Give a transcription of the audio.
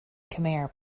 khmer